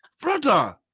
Brother